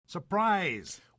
Surprise